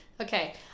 Okay